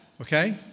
Okay